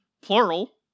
Plural